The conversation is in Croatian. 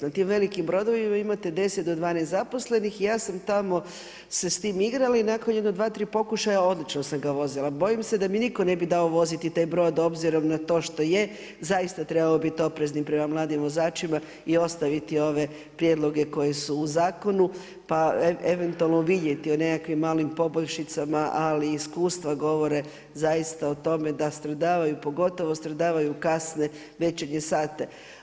Na tim velikim brodovima imate 10 do 12 zaposlenih, ja sam tamo se s tim igrala i nakon jedno 2, 3 pokušaja, odlično sam ga vozila, bojim se da mi nitko ne bi dao voziti taj brod obzirom na to što je, zaista trebamo biti oprezni prema mladim vozačima i ostaviti ove prijedloge koji su u zakonu, pa eventualno vidjeti o nekakvim malim poboljšicama, ali iskustva govore zaista o tome da stradavaju pogotovo stradavaju u kasne večernje sate.